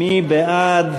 מי בעד?